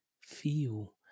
feel